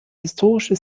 historische